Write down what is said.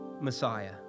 Messiah